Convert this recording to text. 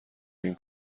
این